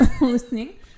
listening